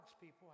people